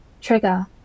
trigger